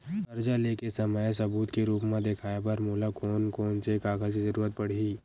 कर्जा ले के समय सबूत के रूप मा देखाय बर मोला कोन कोन से कागज के जरुरत पड़ही?